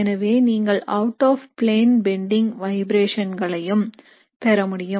எனவே நீங்கள் out of plane bending வைப்ரேஷன்களையும் பெறமுடியும்